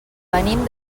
venim